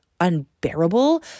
unbearable